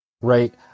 right